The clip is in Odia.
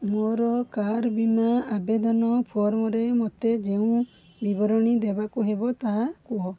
ମୋର କାର୍ ବୀମା ଆବେଦନ ଫର୍ମରେ ମୋତେ ଯେଉଁ ବିବରଣୀ ଦେବାକୁ ହେବ ତାହା କୁହ